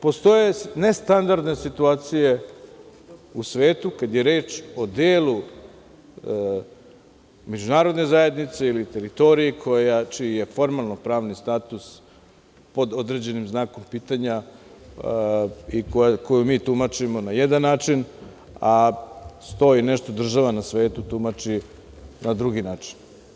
Postoje nestandardne situacije u svetu, kada je reč o delu međunarodne zajednice ili teritoriji čiji je formalno-pravni status pod određenim znakom pitanja i koju mi tumačimo na jedan način, a sto i nešto država na svetu tumači na drugi način.